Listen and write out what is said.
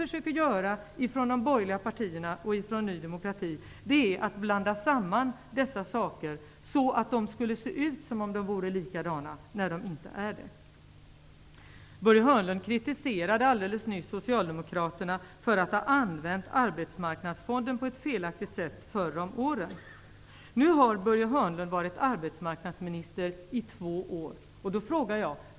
De borgerliga partierna och Ny demokrati försöker att blanda samman dessa saker så att de skall se ut som om de är likadana när de inte är det. Börje Hörnlund kritiserade alldeles nyss Socialdemokraterna för att använda Arbetsmarknadsfonden på ett felaktigt sätt förr om åren. Nu har Börje Hörnlund varit arbetsmarknadsminister i två år.